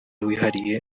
wihariye